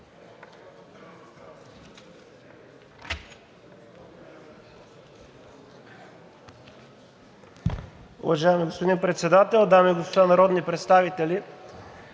Уважаеми господин Председател, дами и господа народни представители!